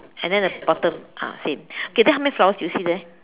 and then the bottom ah same okay then how many flowers do you see there